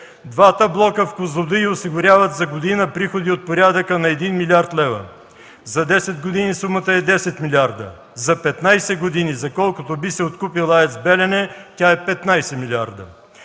двата блока в „Козлодуй” осигуряват за година приходи от порядъка на 1 млрд. лв., за 10 години сумата е 10 милиарда, за 15 години, за колкото би се откупил АЕЦ „Белене” – тя е 15 милиарда.